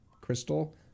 crystal